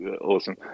awesome